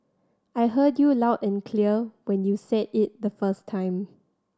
I heard you loud and clear when you said it the first time